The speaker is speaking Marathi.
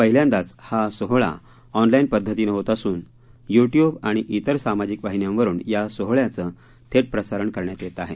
पहिल्यांदाच हा सोहळा ऑनलाईन पद्धतीनं होत असून युट्युब आणि ित्र सामाजिक वाहिन्यांवरून या सोहळ्याचं थेट प्रसारण करण्यात येत आहे